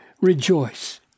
rejoice